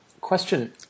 question